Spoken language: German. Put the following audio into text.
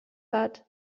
hat